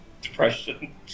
depression